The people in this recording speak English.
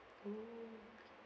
mm